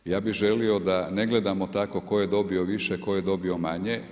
Ja bi želio da ne gledamo tako, tko je dobio više, tko je dobio manje.